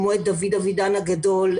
כמו את דוד אבידן הגדול,